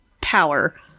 power